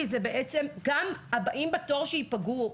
כי גם הבאים בתור שיפגעו,